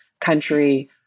country